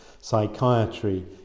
psychiatry